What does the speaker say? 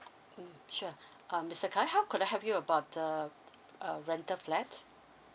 mm sure um mister khai how could I help you about the uh rental flat